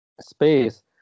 space